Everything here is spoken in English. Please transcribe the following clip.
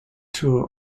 tour